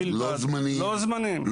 לא זמניים,